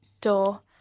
door